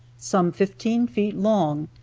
some fifteen feet long,